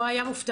הוא היה מופתע.